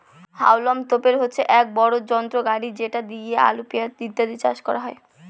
হাউলম তোপের হচ্ছে এক বড় যন্ত্র গাড়ি যেটা দিয়ে আলু, পেঁয়াজ ইত্যাদি চাষ করা হয়